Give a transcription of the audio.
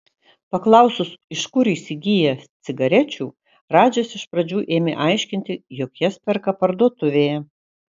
paklausus iš kur įsigyja cigarečių radžis iš pradžių ėmė aiškinti jog jas perka parduotuvėje